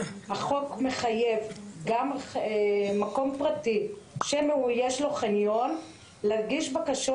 החוק מחייב גם מקום פרטי שיש לו חניון להגיש בקשה